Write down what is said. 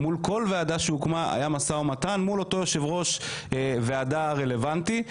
מול כל ועדה שהוקמה היה משא ומתן מול אותו יושב-ראש הוועדה הרלוונטי.